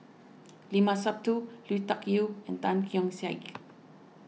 Limat Sabtu Lui Tuck Yew and Tan Keong Saik